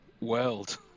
world